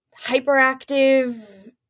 hyperactive